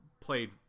played